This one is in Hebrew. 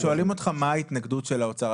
אנחנו שואלים אותך מה ההתנגדות של האוצר.